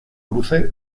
luce